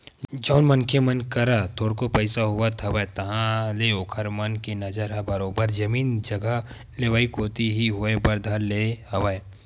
जउन मनखे मन करा थोरको पइसा होवत हवय ताहले ओखर मन के नजर ह बरोबर जमीन जघा लेवई कोती ही होय बर धर ले हवय